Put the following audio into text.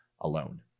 alone